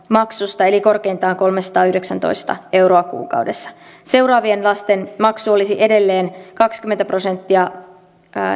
maksusta eli korkeintaan kolmesataayhdeksäntoista euroa kuukaudessa seuraavien lasten maksu olisi edelleen kaksikymmentä prosenttia